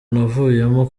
navuyemo